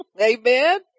Amen